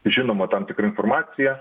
žinoma tam tikra informacija